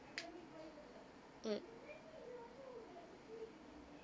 mm